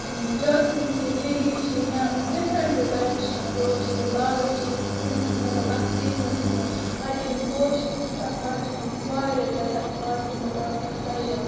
jasmine چھِ lily چھِ یا ڈِفرنٹ ٹایپس چھِ یِم پوش لاگان چھِ أسۍ کُنۍ مطلب اتھ سِیٖزنس منٛز پتہِ ییلہِ یِم پوش چھِ کَھسَان پتہٕ چھِ یِم واریاہ زیادٕ اتھ پارکہِ منٛز آسان سجان